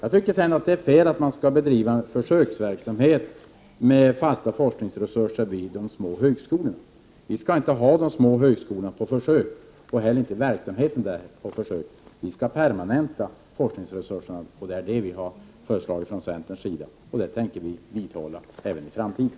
Det är fel att bedriva försöksverksamhet med fasta forskningsresurser vid de små högskolorna. Vi skall inte ha de små högskolörna på försök och inte heller verksamheten vid dem på försök. Vi skall permanenta forskningsresurserna; det är det som vi i centern har föreslagit. Den åsikten tänker vi vidhålla även i framtiden.